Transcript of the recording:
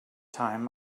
time